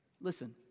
Listen